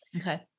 Okay